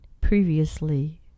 previously